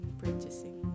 purchasing